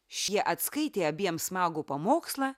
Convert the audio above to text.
šie atskaitė abiem smagų pamokslą